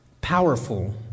powerful